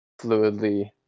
fluidly